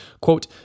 quote